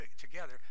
together